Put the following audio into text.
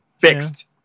Fixed